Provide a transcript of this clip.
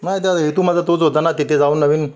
नाही दादा हेतू माझा तोच होता ना तिथे जाऊन नवीन